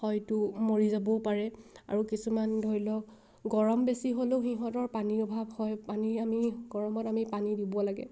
হয়তো মৰি যাবও পাৰে আৰু কিছুমান ধৰি লওক গৰম বেছি হ'লেও সিহঁতৰ পানীৰ অভাৱ হয় পানী আমি গৰমত আমি পানী দিব লাগে